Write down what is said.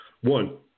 One